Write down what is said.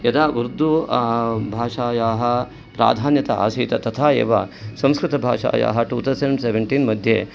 यदा उर्दु भाषायाः प्राधान्यता आसीत् तथा एव संस्कृतभाषायाः टु तौसण्ड् सेवन्टीन् मध्ये